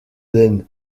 den